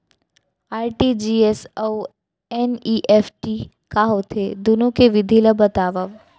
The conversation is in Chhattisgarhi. आर.टी.जी.एस अऊ एन.ई.एफ.टी का होथे, दुनो के विधि ला बतावव